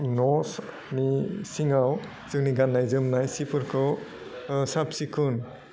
न'नि सिङाव जोंनि गान्नाय जोमनाय सिफोरखौ ओह साब सिखोन